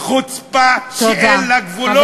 חוצפה שאין לה גבולות.